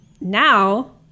now